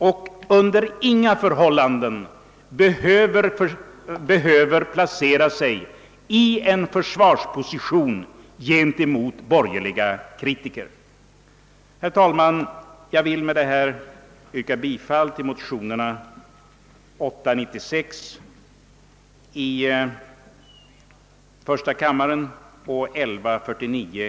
Och under inga förhållanden behöver de inta någon försvarsposition gentemot borgerliga kritiker. Herr talman! Med det anförda yrkar jag bifall till motionerna 1I1:896 och II: 1149.